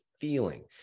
feeling